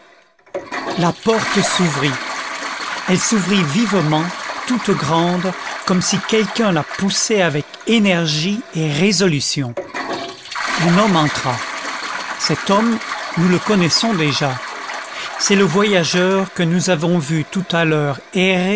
la porte s'ouvrit elle s'ouvrit vivement toute grande comme si quelqu'un la poussait avec énergie et résolution un homme entra cet homme nous le connaissons déjà c'est le voyageur que nous avons vu tout à l'heure